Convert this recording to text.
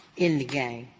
in the gang,